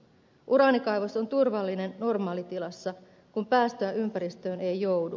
uraanikaivos on turvallinen normaalitilassa kun päästöä ympäristöön ei joudu